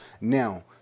Now